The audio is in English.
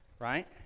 right